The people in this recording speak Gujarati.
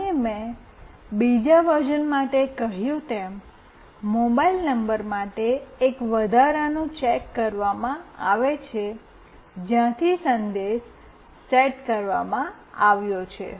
અને મેં બીજા વર્ઝન માટે કહ્યું તેમ મોબાઇલ નંબર માટે એક વધારાનો ચેક કરવામાં આવે છે જ્યાંથી સંદેશ સેટ કરવામાં આવ્યો છે